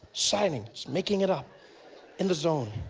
signing, just making it up in the zone,